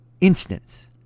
instance